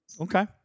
Okay